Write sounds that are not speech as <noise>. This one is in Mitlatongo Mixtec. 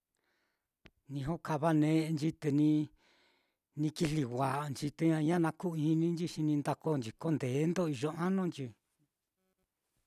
Ni jokava ne'enchi te ni-ni kijli wa'anchi te ña ñana na ku-ininchi xi ni ndokonchi contento iyo anunchi. <noise>